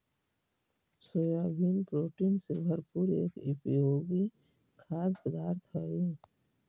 soybean protein से भरपूर एक उपयोगी खाद्य पदार्थ हई